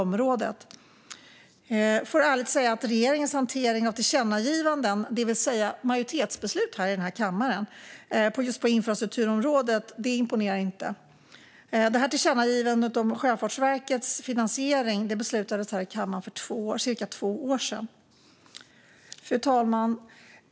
Jag får ärligt säga att regeringens hantering av tillkännagivanden, det vill säga majoritetsbeslut i den här kammaren, på infrastrukturområdet inte imponerar. Detta tillkännagivande om Sjöfartsverkets finansiering beslutades det om i här kammaren för cirka två år sedan. Fru talman!